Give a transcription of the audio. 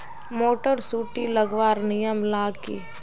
Motor सुटी लगवार नियम ला की?